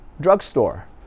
drugstore